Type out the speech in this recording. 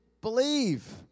believe